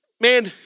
man